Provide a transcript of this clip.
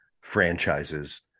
franchises